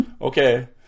Okay